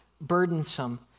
burdensome